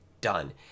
done